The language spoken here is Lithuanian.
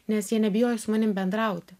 nes jie nebijojo su manim bendrauti